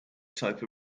type